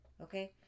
okay